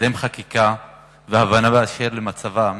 לקדם חקיקה והבנה של מצבם